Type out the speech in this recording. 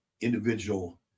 individual